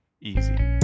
easy